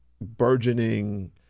burgeoning